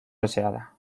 deseada